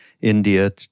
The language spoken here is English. India